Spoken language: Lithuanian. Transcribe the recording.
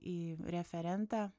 į referentą